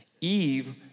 Eve